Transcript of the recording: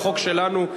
החוק שלנו,